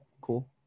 cool